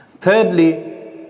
Thirdly